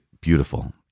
beautiful